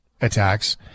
attacks